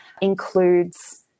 includes